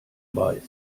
weiß